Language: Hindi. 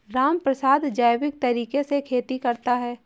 रामप्रसाद जैविक तरीके से खेती करता है